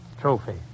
Trophy